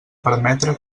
permetre